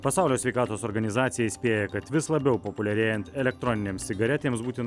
pasaulio sveikatos organizacija įspėja kad vis labiau populiarėjan elektroninėms cigaretėms būtina